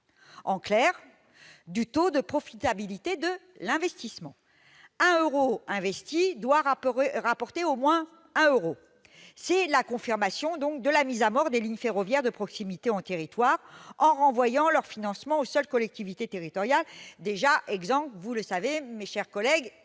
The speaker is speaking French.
en clair, du taux de profitabilité de l'investissement : un euro investi doit rapporter au moins un euro. C'est la confirmation de la mise à mort des lignes ferroviaires de proximité de nos territoires : on renvoie leur financement aux seules collectivités territoriales, qui sont déjà, vous le savez, mes chers collègues,